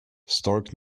stark